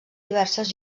diverses